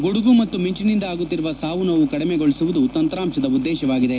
ಗುಡುಗು ಮತ್ತು ಮಿಂಚಿನಿಂದ ಆಗುತ್ತಿರುವ ಸಾವು ಸೋವು ಕಡಿಮೆಗೊಳಿಸುವುದು ತಂತ್ರಾಂಶದ ಉದ್ದೇಶವಾಗಿದೆ